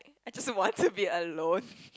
I just want to be alone